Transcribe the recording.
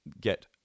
get